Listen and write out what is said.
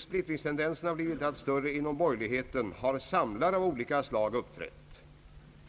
splittringstendenserna har blivit allt större inom borgerligheten har samlare av olika slag uppträtt.